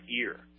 ear